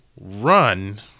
run